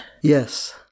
Yes